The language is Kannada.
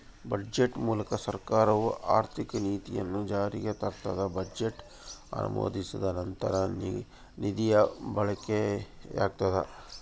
ಬಜೆಟ್ ಮೂಲಕ ಸರ್ಕಾರವು ಆರ್ಥಿಕ ನೀತಿಯನ್ನು ಜಾರಿಗೆ ತರ್ತದ ಬಜೆಟ್ ಅನುಮೋದಿಸಿದ ನಂತರ ನಿಧಿಯ ಬಳಕೆಯಾಗ್ತದ